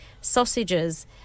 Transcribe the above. sausages